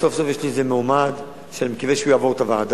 סוף סוף יש לי איזה מועמד שאני מקווה שהוא יעבור את הוועדה.